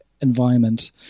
environment